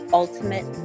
ultimate